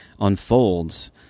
unfolds